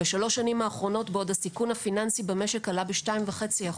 בשלוש השנים האחרונות בעוד הסיכון הפיננסי במשק עלה ב-2.5%,